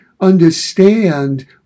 understand